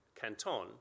Canton